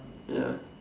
ya